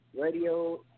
radio